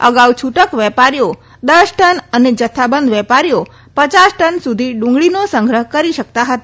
અગાઉ છુટક વેપારીઓ દસ ટન અને જથ્થાબંધ વેપારીઓ પયાસ ટન સુધી ડુંગળીનો સંગ્રહ્ કરી શકતા હતા